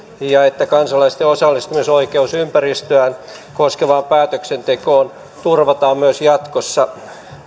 ja että kansalaisten osallistumisoikeus ympäristöään koskevaan päätöksentekoon turvataan myös jatkossa